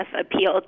appealed